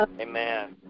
Amen